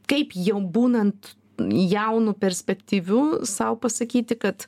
kaip jau būnant jaunu perspektyviu sau pasakyti kad